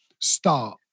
start